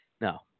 No